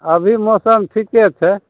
अभी मौसम ठीके छै